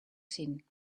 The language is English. seen